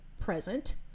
present